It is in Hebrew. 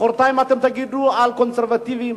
מחרתיים אתם תגידו על הקונסרבטיבים,